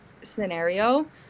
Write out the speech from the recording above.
scenario